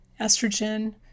estrogen